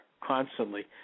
constantly